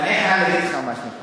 אני חייב להגיד לך משהו,